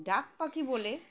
ডাক পাখি বলে